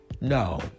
No